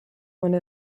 one